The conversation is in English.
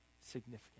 significant